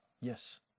Yes